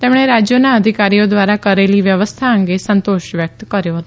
તેમણે રાજ્યોના અધિકારીઓ દ્વારા કરેલી વ્યવસ્થા અંગે સંતોષ વ્યક્ત કર્યો હતો